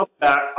back